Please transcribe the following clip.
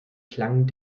klang